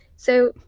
so,